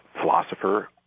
philosopher